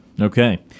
Okay